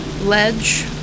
ledge